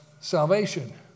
salvation